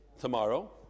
tomorrow